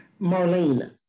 Marlene